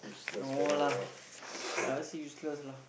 no lah I won't say useless lah